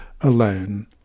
alone